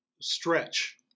stretch